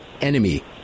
enemy